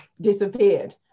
disappeared